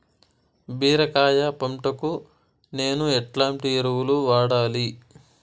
బీరకాయ పంటకు నేను ఎట్లాంటి ఎరువులు వాడాలి?